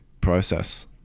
process